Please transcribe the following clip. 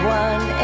one